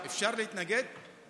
אפשר להתנגד?